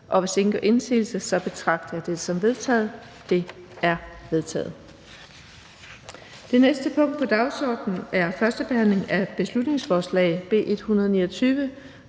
Hvis ingen gør indsigelse, betragter jeg dette som vedtaget. Det er vedtaget. --- Det næste punkt på dagsordenen er: 10) 1. behandling af beslutningsforslag nr.